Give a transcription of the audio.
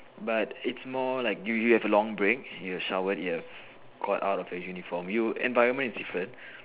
but it's more like you you have a long break you have showered you have got out of your uniform you environment is different